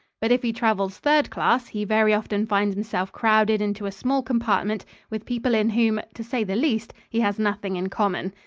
but if he travels third-class, he very often finds himself crowded into a small compartment with people in whom, to say the least, he has nothing in common.